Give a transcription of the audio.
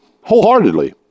wholeheartedly